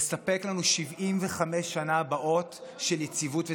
לספק לנו 75 השנים הבאות של יציבות ושגשוג.